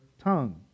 tongue